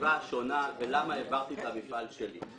בחשיבה השונה ולמה העברתי את המפעל שלי.